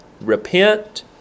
Repent